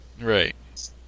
Right